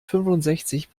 fünfundsechzig